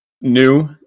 new